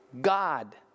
God